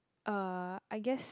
uh I guess